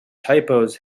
typos